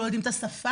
לא יודעים את השפה,